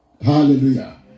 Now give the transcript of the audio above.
Hallelujah